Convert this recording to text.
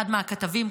אחד מהכתבים,